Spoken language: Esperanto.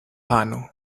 pano